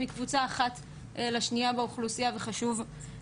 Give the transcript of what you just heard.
כל אחד מהמופעים האלה יכול לקבל אולי איזו